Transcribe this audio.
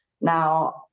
Now